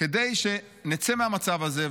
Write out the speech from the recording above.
כדי שנצא מהמצב הזה.